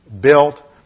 built